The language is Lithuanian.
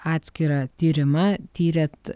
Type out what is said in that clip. atskirą tyrimą tyrėt